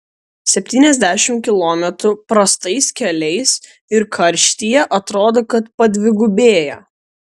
septyniasdešimt kilometrų prastais keliais ir karštyje atrodo kad padvigubėja